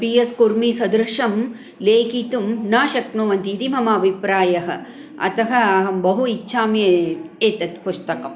PS कूर्मि सदृशं लेखितुं न शक्नुवन्ति इति मम अभिप्रायः अतः अहं बहु इच्छामि एतत् पुस्तकम्